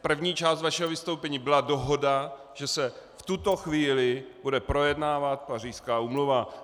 První část vašeho vystoupení byla dohoda, že se v tuto chvíli bude projednávat Pařížská úmluva.